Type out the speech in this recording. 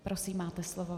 Prosím, máte slovo.